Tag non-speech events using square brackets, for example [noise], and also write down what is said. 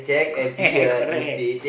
correct [laughs] correct